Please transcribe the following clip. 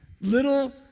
little